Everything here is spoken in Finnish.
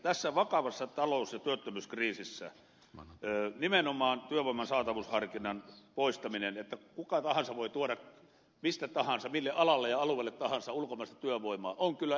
tässä vakavassa talous ja työttömyyskriisissä nimenomaan työvoiman saatavuusharkinnan poistaminen että kuka tahansa voi tuoda mistä tahansa mille alalle ja alueelle tahansa ulkomaista työvoimaa on kyllä edesvastuuton